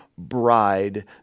bride